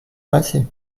passé